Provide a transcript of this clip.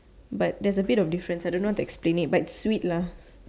but that's a bit of difference I don't know how to explain it but it's sweet lah